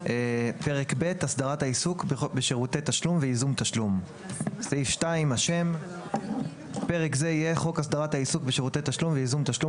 פרק ב': הסדרת העיסוק בשירותי תשלום וייזום תשלום השם 2. פרק זה יהיה "חוק הסדרת העיסוק בשירותי תשלום וייזום תשלום,